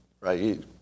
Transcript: right